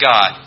God